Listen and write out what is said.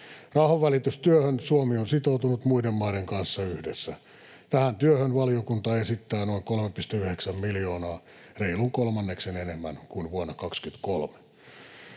Rauhanvälitystyöhön Suomi on sitoutunut muiden maiden kanssa yhdessä. Tähän työhön valiokunta esittää noin 3,9 miljoonaa, reilun kolmanneksen enemmän kuin vuonna 23.